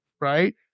right